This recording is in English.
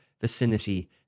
vicinity